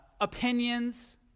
opinions